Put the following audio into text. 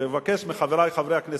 אני מבקש מחברי חברי הכנסת,